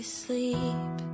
sleep